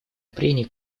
прений